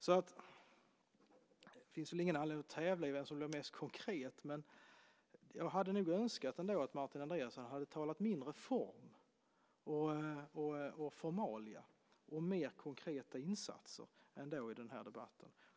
Det finns väl ingen anledning att tävla i vem som blir mest konkret. Men jag hade nog ändå önskat att Martin Andreasson hade talat mindre om form och formalia och mer om konkreta insatser i den här debatten.